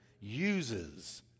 uses